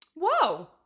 Whoa